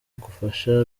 agufasha